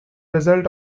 result